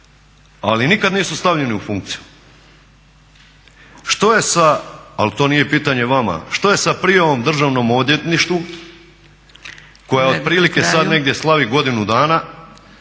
ali to nije pitanje vama, što je sa prijavom državnom odvjetništvu koja otprilike sad negdje slavi godinu dana